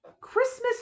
Christmas